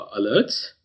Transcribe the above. alerts